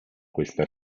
questa